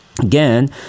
Again